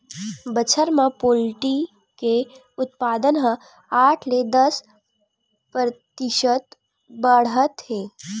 बछर म पोल्टी के उत्पादन ह आठ ले दस परतिसत बाड़हत हे